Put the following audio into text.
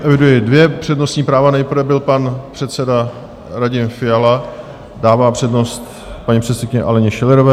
Eviduji dvě přednostní práva, nejprve byl pan předseda Radim Fiala, dává přednost paní předsedkyni Aleně Schillerové.